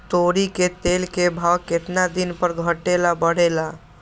तोरी के तेल के भाव केतना दिन पर घटे ला बढ़े ला?